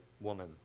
woman